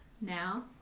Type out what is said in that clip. now